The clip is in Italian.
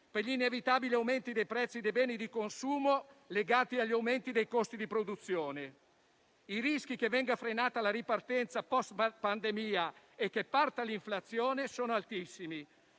per l'inevitabile aumenti dei prezzi dei beni di consumo legati agli aumenti dei costi di produzione. I rischi che venga frenata la ripartenza *post* pandemia e che parta l'inflazione sono altissimi.